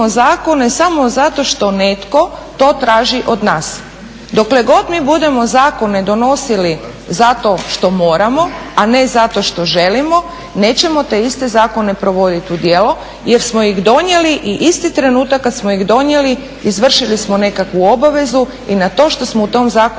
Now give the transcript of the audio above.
zakone samo zato što netko to traži od nas. Dokle god mi budemo zakone donosili zato što moramo, a ne zato što želimo nećemo te iste zakone provoditi u djelo jer smo ih donijeli i isti trenutak kad smo ih donijeli izvršili smo nekakvu obavezu i na to što smo u tom zakonu